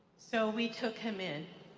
so we took him in,